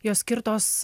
jos skirtos